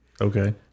Okay